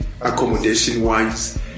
accommodation-wise